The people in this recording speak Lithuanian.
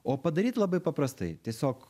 o padaryt labai paprastai tiesiog